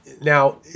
Now